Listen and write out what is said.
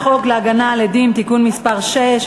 חוק להגנה על עדים (תיקון מס' 6),